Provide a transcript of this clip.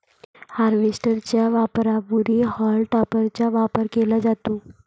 harvester च्या वापरापूर्वी हॉल टॉपरचा वापर केला जातो